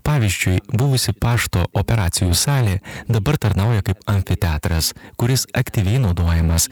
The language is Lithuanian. pavyzdžiui buvusi pašto operacijų salė dabar tarnauja kaip amfiteatras kuris aktyviai naudojamas